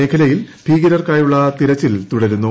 മേഖലയിൽ ഭീകരർക്കായുളള തിരച്ചിൽ തുടരുന്നു